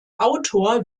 autor